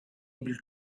able